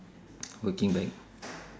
working back